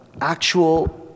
actual